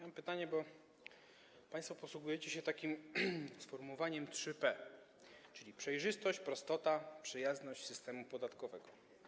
Mam pytanie, bo państwo posługujecie się takim sformułowaniem 3P, czyli przejrzystość, prostota, przyjazność systemu podatkowego.